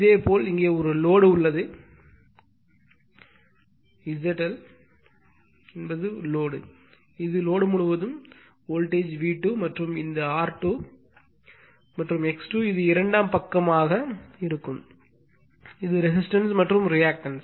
இதேபோல் இங்கே ஒரு லோடு உள்ளது Z L என்பது லோடு இது லோடு முழுவதும் வோல்டேஜ் V2 மற்றும் இந்த R2 மற்றும் X2 இது இரண்டாம் பக்கமாக இருந்தது இது ரெசிஸ்டன்ஸ் மற்றும் ரியாக்டன்ஸ்